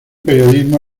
periodismo